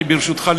ברשותך,